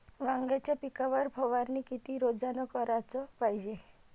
वांग्याच्या पिकावर फवारनी किती रोजानं कराच पायजे?